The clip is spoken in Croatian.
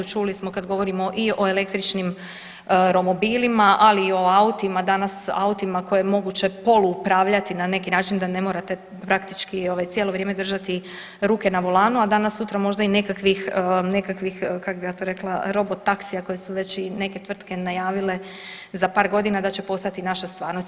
Čuli smo kad govorimo i o električnim romobilima, ali i o autima danas autima koje je moguće poluupravljati na neki način da ne morate praktički ovaj cijelo vrijeme držati ruke na volanu, a danas sutra možda i nekakvih, nekakvih kak bi ja to rekla, robot taksija koje su već i neke tvrtke najavile za par godina da će postati naša stvarnost.